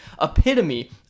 epitome